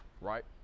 right